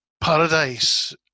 paradise